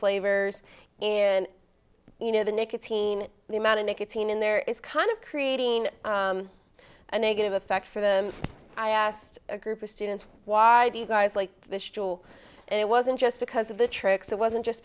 flavors and you know the nicotine the amount of nicotine in there is kind of creating a negative effect for them i asked a group of students why do you guys like this and it wasn't just because of the tricks it wasn't just